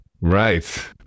right